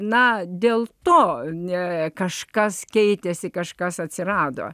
na dėl to ne kažkas keitėsi kažkas atsirado